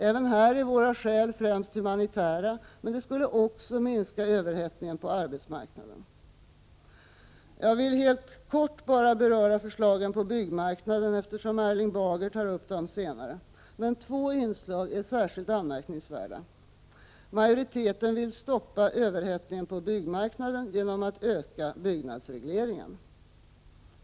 Även här är våra skäl främst humanitära, men de skulle också minska överhettningen på arbetsmarknaden. Jag vill bara helt kort beröra förslagen på byggmarknaden, eftersom Erling Bager tar upp dem senare. Två inslag är särskilt anmärkningsvärda. Majoriteten vill stoppa överhettningen på byggmarknaden genom att öka byggnadsregleringen.